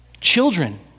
Children